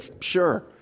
sure